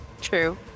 true